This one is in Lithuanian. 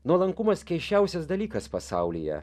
nuolankumas keisčiausias dalykas pasaulyje